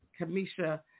Kamisha